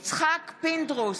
יצחק פינדרוס,